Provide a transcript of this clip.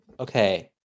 Okay